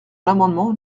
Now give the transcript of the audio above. l’amendement